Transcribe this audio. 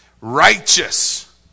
Righteous